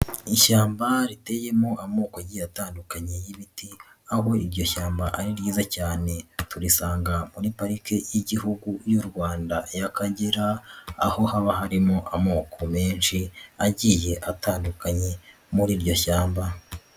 Ishyamba riteyemo amoko agiye atandukanye y'ibiti aho iryo shyamba ari ryiza cyane, turisanga muri parike y'Igihugu y'u Rwanda y'Akagera aho haba harimo amoko menshi agiye atandukanye muri iryo shyamba.